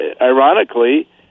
Ironically